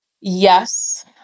Yes